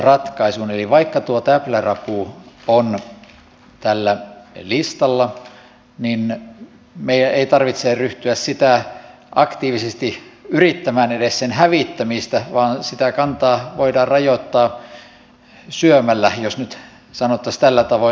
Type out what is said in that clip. eli vaikka tuo täplärapu on tällä listalla niin meidän ei tarvitse ryhtyä aktiivisesti edes yrittämään sen hävittämistä vaan sitä kantaa voidaan rajoittaa syömällä jos nyt sanottaisiin tällä tavoin